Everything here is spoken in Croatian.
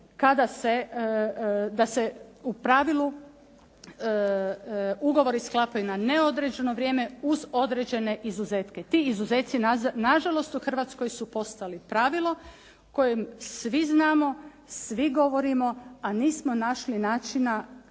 da se u pravilu ugovori sklapaju na neodređeno vrijeme, uz određene izuzetke. Ti izuzeci nažalost u Hrvatskoj su postali pravilo koje svi znamo, svi govorimo, a nismo našli načina